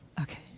Okay